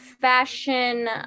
fashion